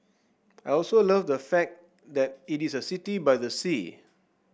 I also love the fact that it is a city by the sea